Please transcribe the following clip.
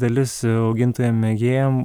dalis augintojam mėgėjam